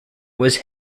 was